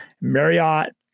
Marriott